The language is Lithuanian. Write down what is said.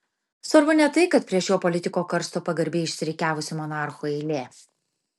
svarbu ne tai kad prie šio politiko karsto pagarbiai išsirikiavusi monarchų eilė